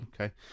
Okay